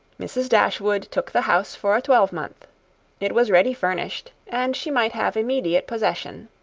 mrs. dashwood took the house for a twelvemonth it was ready furnished, and she might have immediate possession.